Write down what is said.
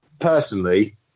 personally